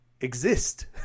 exist